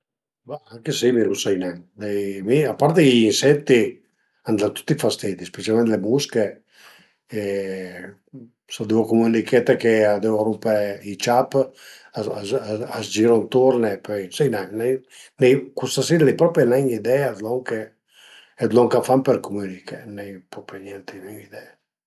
Ma anche si mi lu sai nen, mi, a parte chë i insetti a më dan tüti fastidi, specialment le musche e s'a deu cumünichete ch'a devu rumpe i ciap a giru ënturn e pöi sai nen, custa si l'ai propi nen idea d'lon che d'lon ch'a fan për cumüniché, l'ai propi niente, gnüne idee